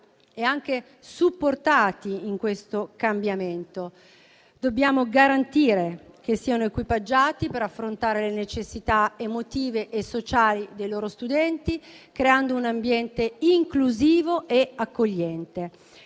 e anche supportati in questo cambiamento. Dobbiamo garantire che siano equipaggiati per affrontare le necessità emotive e sociali dei loro studenti, creando un ambiente inclusivo e accogliente.